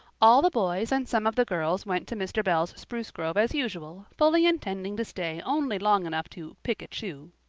all the boys and some of the girls went to mr. bell's spruce grove as usual, fully intending to stay only long enough to pick a chew.